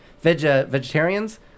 vegetarians